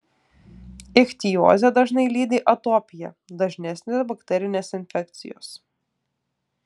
ichtiozę dažnai lydi atopija dažnesnės bakterinės infekcijos